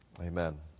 Amen